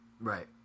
Right